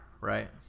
right